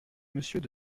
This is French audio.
monsieur